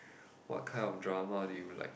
what kind of drama do you like